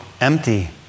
empty